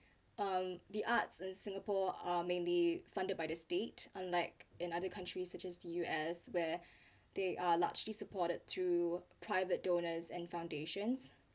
um the arts in singapore are mainly funded by the state unlike in other countries such as the U_S where they are largely supported through private donors and foundations